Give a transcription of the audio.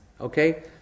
okay